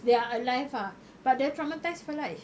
they are alive ah but dia traumatised for life